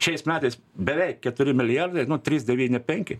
šiais metais beveik keturi milijardai trys devyni penki